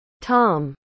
Tom